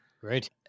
Great